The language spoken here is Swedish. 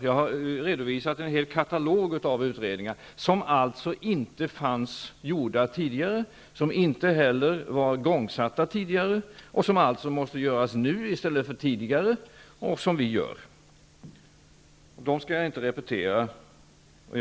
Jag har redovisat en hel katalog av utredningar som inte var gjorda tidigare, och som inte heller var igångsatta tidigare, och som alltså måste göras nu i stället för tidigare, vilket vi också gör. Jag skall inte repetera dem.